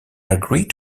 agreed